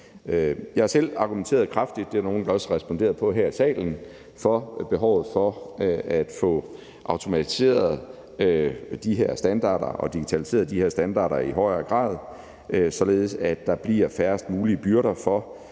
Jeg har selv argumenteret kraftigt for – det er der også nogle, der har responderet på her i salen – behovet for at få automatiseret de her standarder og digitaliseret de her standarder i højere grad, således at der bliver færrest mulige byrder for